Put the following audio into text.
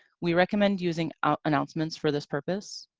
we recommend using ah announcements for this purpose.